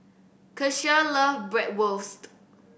Keshia love Bratwurst